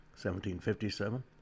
1757